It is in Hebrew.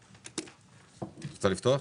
בבקשה.